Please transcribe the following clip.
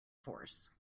force